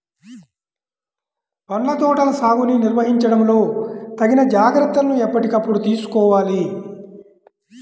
పండ్ల తోటల సాగుని నిర్వహించడంలో తగిన జాగ్రత్తలను ఎప్పటికప్పుడు తీసుకోవాలి